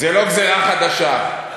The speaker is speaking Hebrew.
זו לא גזירה חדשה.